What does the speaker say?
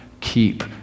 keep